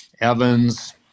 Evans